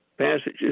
Passages